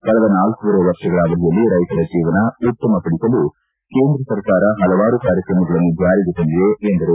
ಕಳೆದ ನಾಲ್ಕೂವರೆ ವರ್ಷಗಳ ಅವಧಿಯಲ್ಲಿ ರೈತರ ಜೀವನ ಉತ್ತಮ ಪಡಿಸಲು ಕೇಂದ್ರ ಸರ್ಕಾರ ಹಲವಾರು ಕಾರ್ಯಕ್ರಮಗಳನ್ನು ಜಾರಿಗೆ ತಂದಿದೆ ಎಂದರು